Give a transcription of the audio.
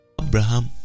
Abraham